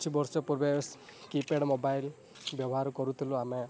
କିଛି ବର୍ଷ ପୂର୍ବେ କିପ୍ୟାଡ଼୍ ମୋବାଇଲ୍ ବ୍ୟବହାର କରୁଥିଲୁ ଆମେ